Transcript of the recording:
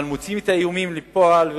אבל מוציאים את האיומים לפועל.